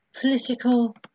political